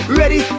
ready